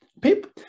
People